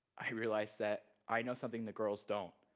i realized that i know something the girls don't